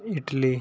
Italy